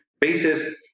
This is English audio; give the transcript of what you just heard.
basis